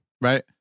Right